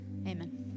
Amen